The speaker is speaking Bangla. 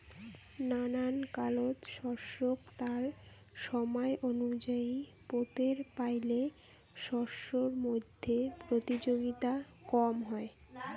নানান কালত শস্যক তার সমায় অনুযায়ী পোতের পাইলে শস্যর মইধ্যে প্রতিযোগিতা কম হয়